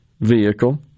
vehicle